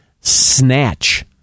Snatch